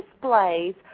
displays